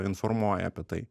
informuoja apie tai